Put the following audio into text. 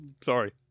Sorry